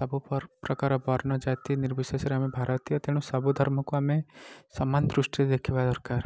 ସବୁପ୍ରକାର ବର୍ଣ୍ଣ ଜାତି ନିର୍ବିଶେଷରେ ଭାରତୀୟ ତେଣୁ ସବୁ ଧର୍ମକୁ ଆମେ ସମାନ ଦୃଷ୍ଟିରେ ଦେଖିବା ଦରକାର